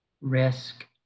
risk